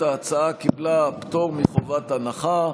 ההצעה קיבלה פטור מחובת הנחה,